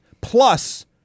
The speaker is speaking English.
plus